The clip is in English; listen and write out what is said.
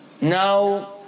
Now